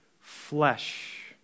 flesh